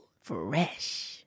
Fresh